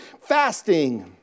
fasting